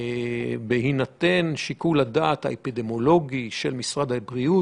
על סמך שיקול הדעת האפידמיולוגי של משרד הבריאות